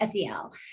SEL